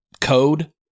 code